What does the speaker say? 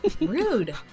Rude